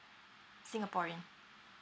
singaporean